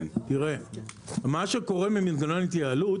מה שקורה במנגנון התייעלות,